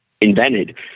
invented